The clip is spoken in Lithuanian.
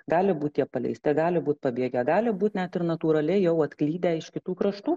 gali būt jie paleisti gali būt pabėgę gali būt net ir natūraliai jau atklydę iš kitų kraštų